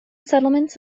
settlements